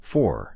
Four